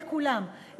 לכולם,